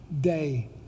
day